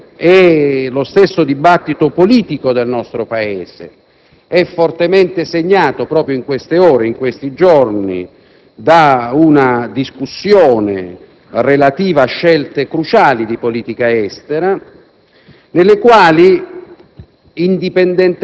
della vita mondiale e lo stesso dibattito politico del nostro Paese è fortemente segnato, proprio in queste ore ed in questi giorni, da una discussione relativa a scelte cruciali di politica estera,